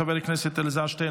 חבר הכנסת אלעזר שטרן,